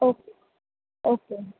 okay okay